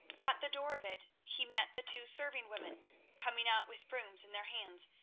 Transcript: at the door of it he met the two serving women coming out with brooms in their hands,